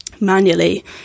manually